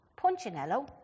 Punchinello